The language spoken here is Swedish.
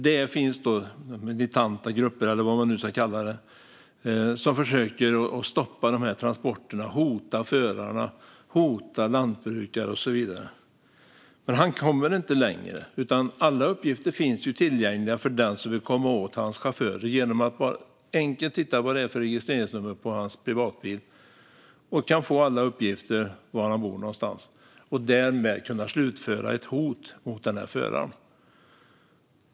Det finns militanta grupper, eller vad man nu ska kalla dem, som försöker stoppa transporterna. De hotar förarna, de hotar lantbrukarna och så vidare. Men han kommer inte längre, för alla uppgifter finns tillgängliga för dem som vill komma åt hans chaufförer genom att enkelt titta efter vad det är för registreringsnummer på hans privatbil. På så sätt kan man få alla uppgifter om var någonstans han bor, och man kan därmed slutföra ett hot mot föraren.